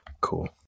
Cool